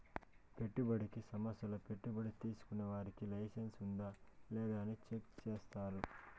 పెట్టుబడికి సంస్థల్లో పెట్టుబడి తీసుకునే వారికి లైసెన్స్ ఉందా లేదా అని చెక్ చేస్తారు